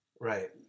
right